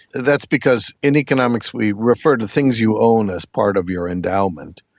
that's because in economics we refer to things you own as part of your endowment,